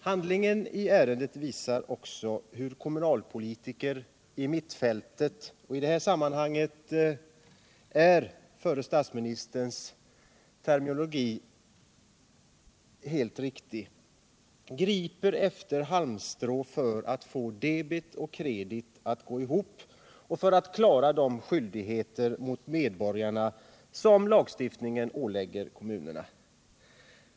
Handlingarna i ärendet visar också hur kommunalpolitiker i ”mittfältet” - i detta sammanhang är förre statsministerns terminologi relevant — griper efter halmstrån för att få debet och kredit att gå ihop och för att klara de skyldigheter mot medborgarna som lagstiftningen ålägger kommunerna.